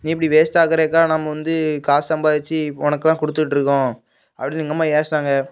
நீ இப்படி வேஸ்ட்டாக்குறதுக்காக நம்ம வந்து காசு சம்பாரித்து உனக்கு எல்லாம் கொடுத்துட்ருக்கோம் அப்படின்னு எங்கள் அம்மா ஏசினாங்க